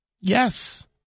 Yes